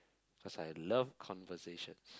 cause I love conversations